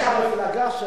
איך יכול להיות שאת,